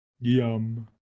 Yum